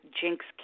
jinx